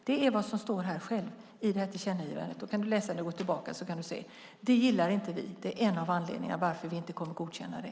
Det är vad som står i tillkännagivandet. Du kan gå tillbaka och läsa att det gillar vi inte. Det är en av anledningarna till att vi inte kommer att godkänna det.